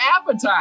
appetite